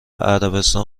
عربستان